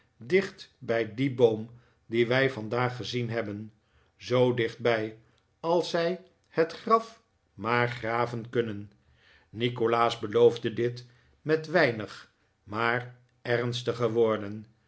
dicht bij dien boom dien wij vandaag gezien hebben zoo dicht bij als zij het graf maar graven kunnen nikolaas beloofde dit met weinig maar ernstige woorden